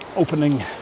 opening